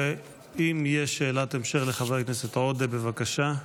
אם יש שאלת המשך לחבר הכנסת עודה, בבקשה.